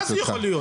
מה זה יכול להיות?